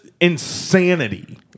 insanity